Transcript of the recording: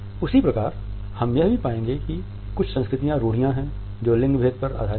उसी प्रकार हम यह भी पाएंगे कि कुछ सांस्कृतिक रूढ़ियाँ हैं जो लिंग भेद पर आधारित हैं